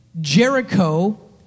Jericho